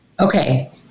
Okay